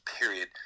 period